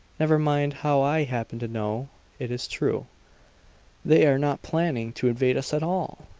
never mind how i happen to know it is true they are not planning to invade us at all!